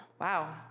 wow